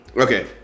Okay